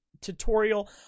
tutorial